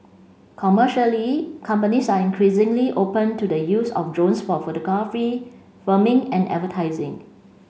commercially companies are increasingly open to the use of drones for photography filming and advertising